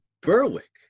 Berwick